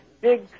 big